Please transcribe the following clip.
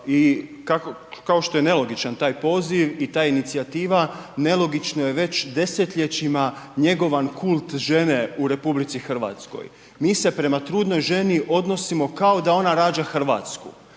kao što je nelogičan taj poziv i ta inicijativa, nelogično je već desetljećima njegovan kult žene u RH. Mi se prema trudnoj ženi odnosimo kao da ona rađa RH, a